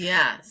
Yes